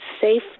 safe